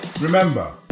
Remember